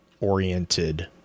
oriented